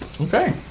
Okay